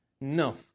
No